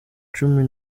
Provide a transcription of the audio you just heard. cumi